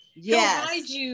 Yes